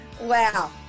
Wow